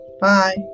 Bye